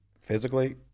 Physically